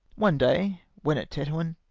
one day, when at tetuan,